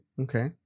okay